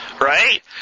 right